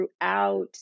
throughout